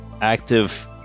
active